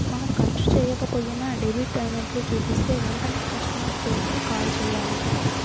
మనం ఖర్చు చెయ్యకపోయినా డెబిట్ అయినట్లు చూపిస్తే వెంటనే కస్టమర్ కేర్ కు కాల్ చేయాలి